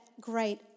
great